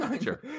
Sure